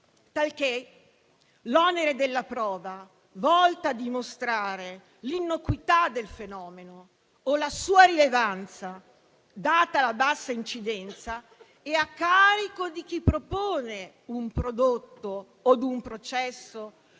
talché l'onere della prova, volta a dimostrare l'innocuità del fenomeno o la sua rilevanza, data la bassa incidenza, è a carico di chi propone un prodotto o un processo